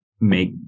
make